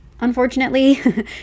unfortunately